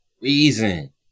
reason